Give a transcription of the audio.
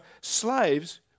slaves